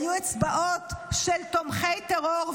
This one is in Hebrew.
היו אצבעות של תומכי טרור,